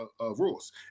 rules